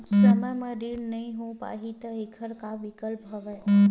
समय म ऋण नइ हो पाहि त एखर का विकल्प हवय?